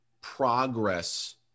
progress